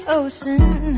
ocean